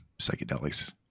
psychedelics